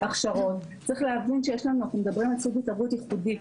צריך להבין שאנחנו מדברים על סוג התערבות ייחודי,